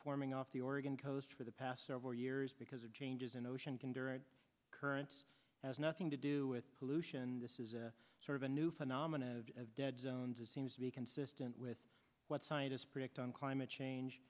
forming off the oregon coast for the past several years years because of changes in ocean currents has nothing to do with pollution this is sort of a new phenomena of dead zones it seems to be consistent with what scientists predict on climate change